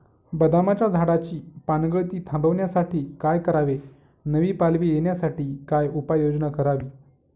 बदामाच्या झाडाची पानगळती थांबवण्यासाठी काय करावे? नवी पालवी येण्यासाठी काय उपाययोजना करावी?